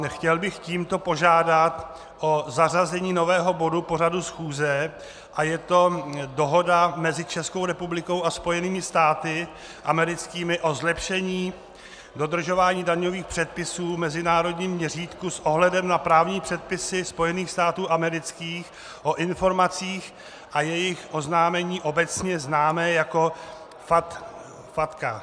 Chtěl bych tímto požádat o zařazení nového bodu pořadu schůze, je to Dohoda mezi Českou republikou a Spojenými státy americkými o zlepšení dodržování daňových předpisů v mezinárodním měřítku s ohledem na právní předpisy Spojených států amerických o informacích a jejich oznámení obecně známé jako FATCA.